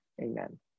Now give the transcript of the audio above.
Amen